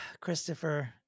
Christopher